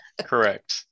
Correct